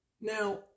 Now